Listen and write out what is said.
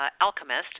alchemist